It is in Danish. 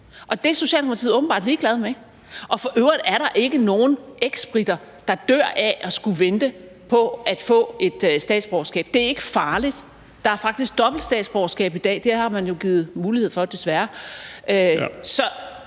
Og det er Socialdemokratiet åbenbart ligeglade med. Og for øvrigt er der ikke nogen eksbriter, der dør af at skulle vente på at få et statsborgerskab. Det er ikke farligt. Der er faktisk dobbelt statsborgerskab i dag, det har man jo givet mulighed for, desværre. Så